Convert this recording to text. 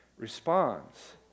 responds